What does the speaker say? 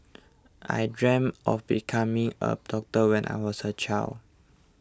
I dreamt of becoming a doctor when I was a child